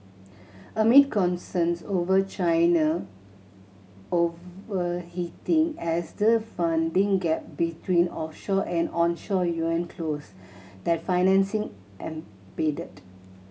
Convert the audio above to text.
amid concerns over China overheating as the funding gap between offshore and onshore yuan closed that financing